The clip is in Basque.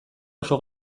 oso